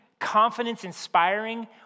confidence-inspiring